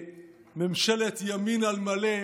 ממשלת ימין על מלא,